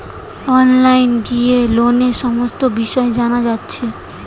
online গিলে লোনের সমস্ত বিষয় জানা যায়টে